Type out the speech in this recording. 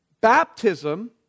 Baptism